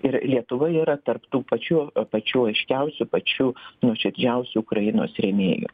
ir lietuva yra tarp tų pačių pačių aiškiausių pačių nuoširdžiausių ukrainos rėmėjų